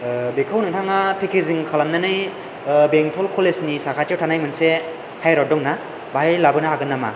बेखौ नोंथाङा पेकेजिं खालामनानै बेंथल कलेजनि साखाथियाव थानाय मोनसे हाइरड दंना बाहाय लाबोनो हागोन नामा